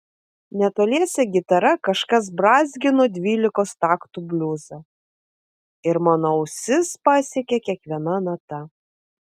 netoliese gitara kažkas brązgino dvylikos taktų bliuzą ir mano ausis pasiekė kiekviena nata